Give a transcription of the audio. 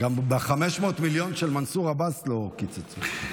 גם ב-500 מיליון של מנסור עבאס לא קיצצו.